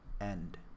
end